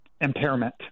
impairment